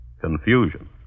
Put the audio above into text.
Confusion